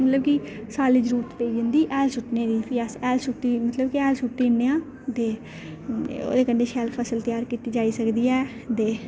मतलब कि साल्लै जरूरत पेई जंदी हैल सु'ट्टने दी फ्ही अस हैल सु'ट्टी मतलब कि हैल सु'ट्टी ओड़ने आं ते ओह्दे कन्नेै शैल फसल त्यार कीती जाई सकदी ऐ दे